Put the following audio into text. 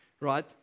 right